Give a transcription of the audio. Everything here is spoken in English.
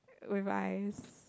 whereby